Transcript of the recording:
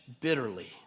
bitterly